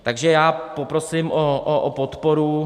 Takže já poprosím o podporu.